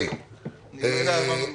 אני לא יודע על מה מדובר.